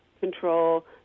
control